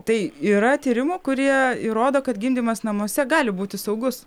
tai yra tyrimų kurie įrodo kad gimdymas namuose gali būti saugus